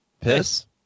Piss